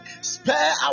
spare